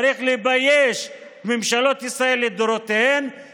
צריך לבייש את ממשלות ישראל לדורותיהן,